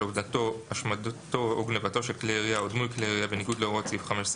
אתה רוצה להסביר את השינוי הזה?